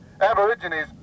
Aborigines